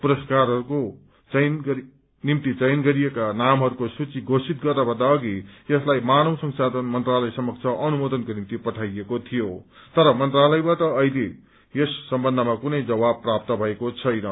पुरस्कारहरूको निम्ति चयन गरिएका नामहरूको सूची घोषित गर्नभन्दा अघि यसलाई मानव संशाधन मन्त्रालय समक्ष अनुमोदनको निभ्ति पठाइएको थियो तर मन्त्रालयबाट अहिले यस सम्बन्धमा कुनै जवाब प्राप्त भएको छैन